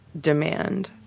demand